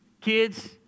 Kids